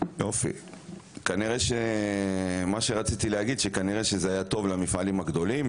כנראה שזה היה טוב למפעלים הגדולים,